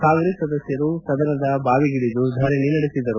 ಕಾಂಗ್ರೆಸ್ ಸದಸ್ದರು ಸದನದ ಬಾವಿಗಿಳಿದು ಧರಣಿ ನಡೆಸಿದರು